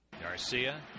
Garcia